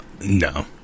No